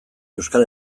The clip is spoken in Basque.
euskal